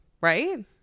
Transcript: Right